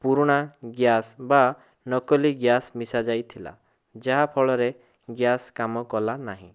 ପୁରୁଣା ଗ୍ୟାସ୍ ବା ନକଲି ଗ୍ୟାସ୍ ମିଶା ଯାଇଥିଲା ଯାହାଫଳରେ ଗ୍ୟାସ୍ କାମକଲା ନାହିଁ